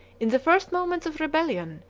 in the first moments of rebellion,